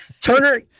Turner